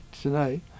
tonight